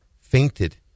fainted